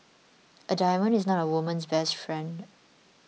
a diamond is not a woman's best friend